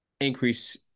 increase